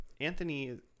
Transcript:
Anthony